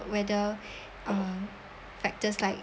whether uh factors like